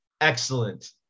excellent